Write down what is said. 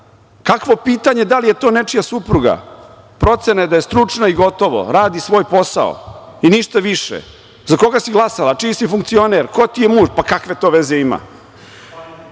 kakvo pitanje da li je to nečija supruga. Procena je da je stručna i gotovo. Radi svoj posao i ništa više. Za koga si glasala, čiji si funkcioner, ko ti je muž, pa kakve to veze ima? Ali,